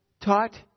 taught